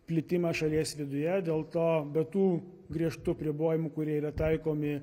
plitimą šalies viduje dėl to be tų griežtų apribojimų kurie yra taikomi